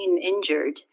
injured